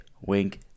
Wink